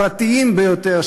הפרטיים ביותר,